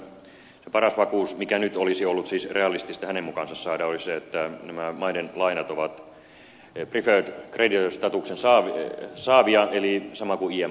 heinäluoma sanoi että paras vakuus mikä nyt olisi ollut siis realistista hänen mukaansa saada olisi se että näiden maiden lainat olisivat preferred creditor statuksen saavia eli samat kuin imfllä